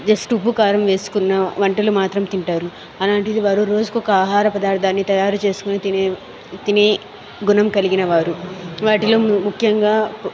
just ఉప్పు కారం వేసుకున వంటలు మాత్రం తింటారు అలాంటిది వారు రోజుకొక ఆహార పదార్థాని తయారు చేసుకొని తినే తినే గుణం కలిగిన వారు వాటిలో ముఖ్యంగా